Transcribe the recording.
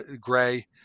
gray